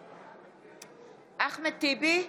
בעד אחמד טיבי,